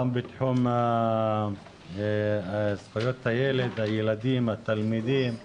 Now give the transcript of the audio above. גם בתחום זכויות הילד, הילדים, התלמידים,